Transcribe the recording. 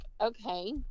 okay